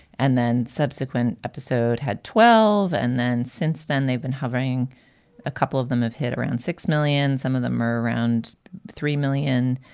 and then subsequent episode had twelve. and then since then, they've been having a couple of them have hit around six million, some of them more around three million,